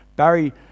Barry